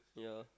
yeah